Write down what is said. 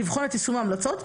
לבחון את יישום ההמלצות,